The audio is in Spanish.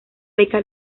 beca